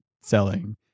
selling